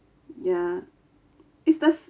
ya it's the